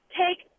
take